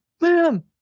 ma'am